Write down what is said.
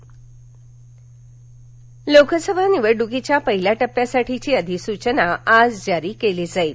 अधिसचना लोकसभा निवडणुकीच्या पहिल्या टप्प्यासाठीची अधिसूचना आज जारी केली जाईल